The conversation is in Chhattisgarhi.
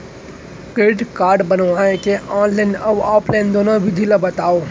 क्रेडिट कारड बनवाए के ऑनलाइन अऊ ऑफलाइन दुनो विधि ला बतावव?